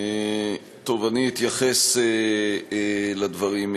טוב, אני אתייחס לדברים.